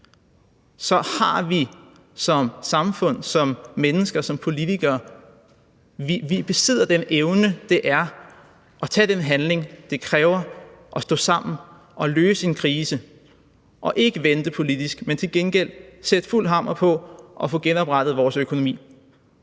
besidder vi som samfund, som mennesker, som politikere evnen til at gøre det, der kræves, stå sammen og løse en krise og ikke vente politisk, men til gengæld få sat fuld skrue på at få genoprettet vores økonomi